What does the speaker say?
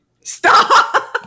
Stop